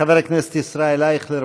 חבר הכנסת ישראל אייכלר,